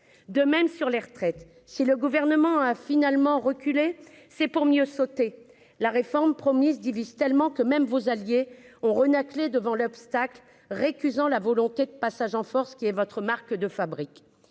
de même sur les retraites, si le gouvernement a finalement reculé, c'est pour mieux sauter la réforme promise divise tellement que même vos alliés ont renâclé devant l'obstacle, récusant la volonté de passage en force, qui est votre marque de fabrique